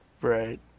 Right